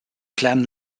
glen